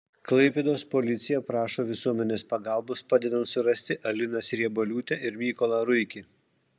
klaipėdos policija prašo visuomenės pagalbos padedant surasti aliną sriebaliūtę ir mykolą ruikį